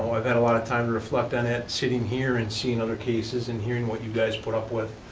i've had a lot of time to reflect on it. sitting here, and seeing other cases, and hearing what you guys put up with